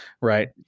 Right